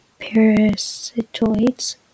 parasitoids